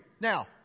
Now